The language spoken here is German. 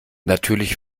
natürlich